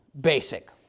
basic